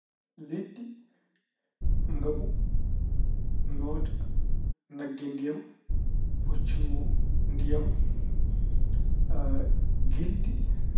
Liɗɗi, ngabu, nooda, nagge ndiyam, puccu ndiyam, gilɗi.